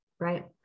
right